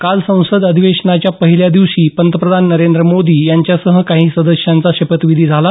काल संसद अधिवेशनाच्या पहिल्या दिवशी पंतप्रधान नरेंद्र मोदी यांच्यासह काही सदस्यांचा शपथविधी झाला